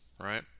Right